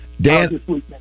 Dan